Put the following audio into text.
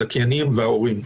הזכיינים וההורים.